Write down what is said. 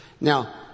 Now